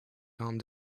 calmed